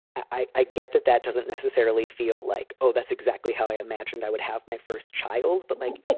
i i get that that doesn't necessarily feel like, oh, that's exactly how i imagined i would have my first child. but like,